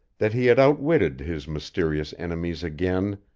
that he had outwitted his mysterious enemies again,